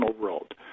world